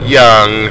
young